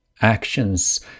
actions